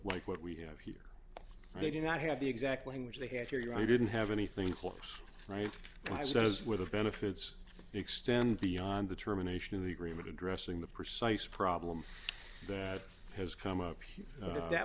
like what we have here they do not have the exact language they have here i didn't have anything close right i says where the benefits extend beyond the termination of the agreement addressing the precise problem that has come up here that